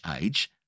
age